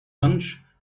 lunch